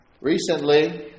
Recently